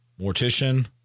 Mortician